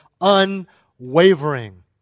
unwavering